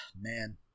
man